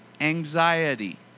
anxiety